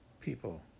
people